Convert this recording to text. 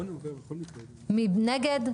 מי נגד?